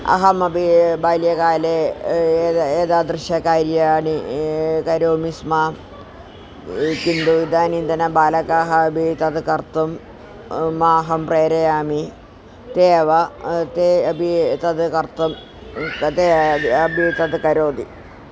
अहमपि बाल्यकाले एतत् एतादृशं कार्याणि करोमि स्म किन्तु इदानीन्तन बालकाः अपि तद् कर्तुं माम् अहं प्रेरयामि ते एव ते अपि तद् कर्तुं ते अपि तद् करोति